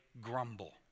grumble